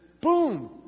boom